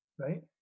right